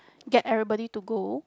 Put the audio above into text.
get everybody to go